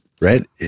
right